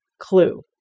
clue